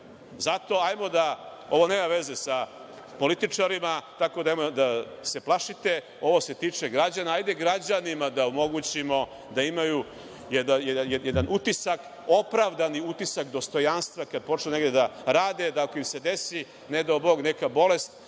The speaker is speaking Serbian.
da, a ovo nema veze sa političarima, nemojte da se plašite, ovo se tiče građana, hajde građanima da omogućimo da imaju jedan utisak, opravdani utisak dostojanstva kada počnu negde da rade, da ako im se desi, ne dao Bog,